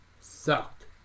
sucked